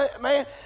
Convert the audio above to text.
man